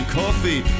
coffee